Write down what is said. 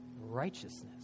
righteousness